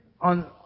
on